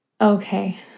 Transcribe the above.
Okay